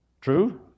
True